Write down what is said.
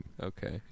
Okay